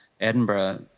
Edinburgh